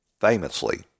famously